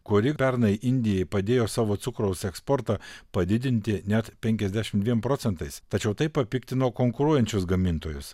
kuri pernai indijai padėjo savo cukraus eksportą padidinti net penkiasdešimt dviem procentais tačiau tai papiktino konkuruojančius gamintojus